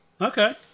Okay